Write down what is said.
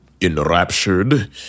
enraptured